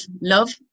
love